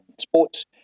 sports